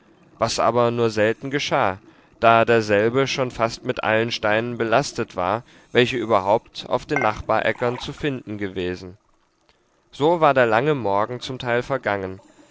was aber nur selten geschah da derselbe schon fast mit allen steinen belastet war welche überhaupt auf den nachbaräckern zu finden gewesen so war der lange morgen zum teil vergangen